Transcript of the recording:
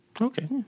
Okay